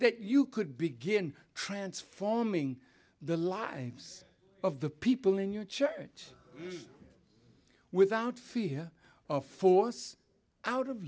that you could begin transforming the lives of the people in your church without fear of force out of